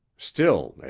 still,